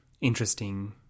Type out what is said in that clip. interesting